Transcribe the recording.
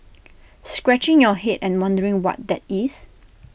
scratching your Head and wondering what that is